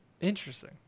Interesting